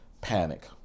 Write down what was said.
panic